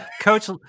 Coach